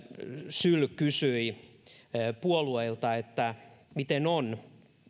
syl kysyi puolueilta että miten on